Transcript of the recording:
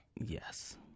Yes